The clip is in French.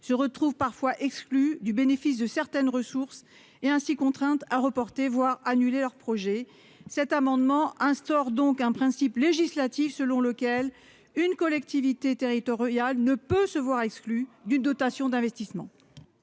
se retrouvent parfois exclus du bénéfice de certaines ressources est ainsi contrainte à reporter, voire annuler leurs projets, cet amendement instaure donc un principe législatif, selon lequel une collectivité territoriale ne peut se voir exclus d'une dotation d'investissement.